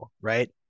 right